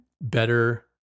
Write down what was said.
better